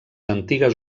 antigues